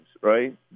right